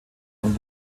und